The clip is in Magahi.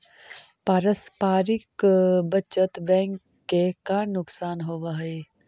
पारस्परिक बचत बैंक के का नुकसान होवऽ हइ?